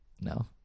No